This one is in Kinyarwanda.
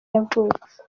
yavutse